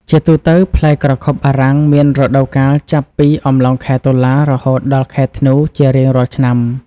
ជាទូទៅ ផ្លែក្រខុបបារាំងមានរដូវកាលចាប់ពីអំឡុងខែ តុលា រហូតដល់ខែធ្នូ ជារៀងរាល់ឆ្នាំ។